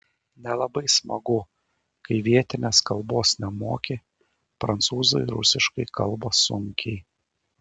nelabai smagu kai vietinės kalbos nemoki prancūzai rusiškai kalba sunkiai